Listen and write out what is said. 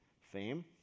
fame